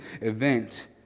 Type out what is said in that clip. event